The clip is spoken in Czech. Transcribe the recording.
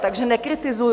Takže nekritizuji.